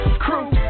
Crew